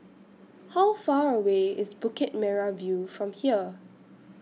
How Far away IS Bukit Merah View from here